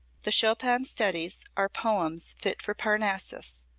the chopin studies are poems fit for parnassus,